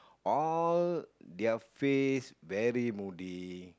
all their face very moody